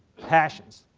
passions.